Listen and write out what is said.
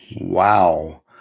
Wow